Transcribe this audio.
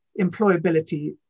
employability